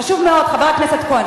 חבר הכנסת כהן,